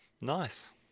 Nice